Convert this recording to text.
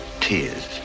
tears